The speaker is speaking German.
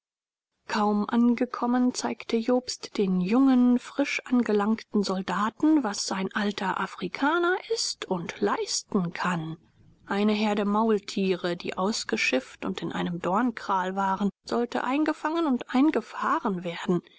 kaum angekommen zeigte jobst den jungen frisch angelangten soldaten was ein alter afrikaner ist und leisten kann eine herde maultiere die ausgeschifft und in einem dornkral war sollte eingefangen und eingefahren werden